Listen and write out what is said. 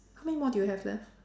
how many more do you have left